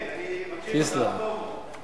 כן, אני מקשיב לך טוב מאוד.